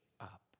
up